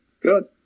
good